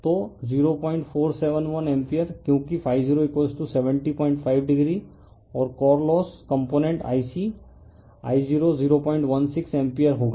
तो 0471 एम्पीयर क्योंकि 0705 o और core loss component Ic I o 0167 ampere होगा